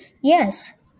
Yes